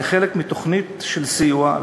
כחלק מתוכנית של סיוע,